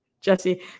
Jesse